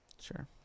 sure